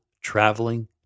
traveling